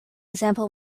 example